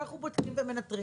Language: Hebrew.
אנחנו בודקים ומנטרים.